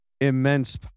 immense